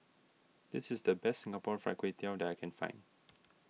this is the best Singapore Fried Kway Tiao that I can find